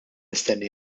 mistenni